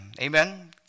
Amen